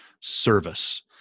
service